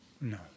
no